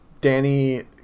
Danny